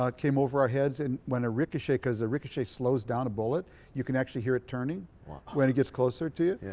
ah came over our heads and when a ricochet because a ricochet slows down a bullet you can actually hear it turning when it gets closer to you.